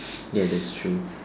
ya that's true